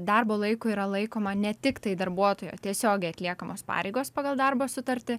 darbo laiku yra laikoma ne tiktai darbuotojo tiesiogiai atliekamos pareigos pagal darbo sutartį